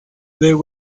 there